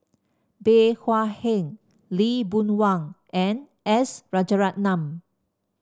Bey Hua Heng Lee Boon Wang and S Rajaratnam